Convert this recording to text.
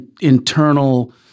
internal